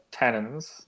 tannins